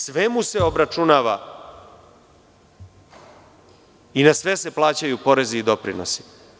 Sve mu se obračunava i na sve se plaćaju porezi i doprinosi.